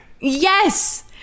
Yes